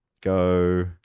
Go